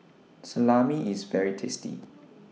Salami IS very tasty